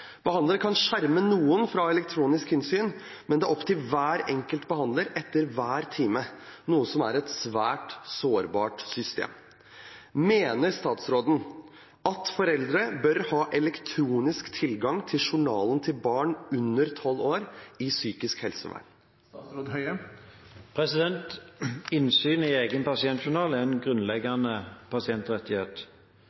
kan skjerme noe fra e-innsyn, men det er opp til hver enkelt behandler etter hver time, noe som er et svært sårbart system. Mener statsråden at foreldre bør ha elektronisk tilgang til journalen til barn under 12 år i psykisk helsevern?» Innsyn i egen pasientjournal er en